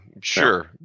Sure